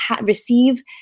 receive